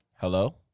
hello